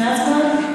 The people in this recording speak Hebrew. לפני ההצבעה?